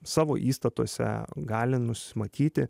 savo įstatuose gali nusimatyti